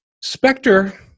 Spectre